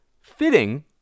fitting